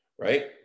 right